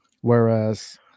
whereas